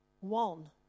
One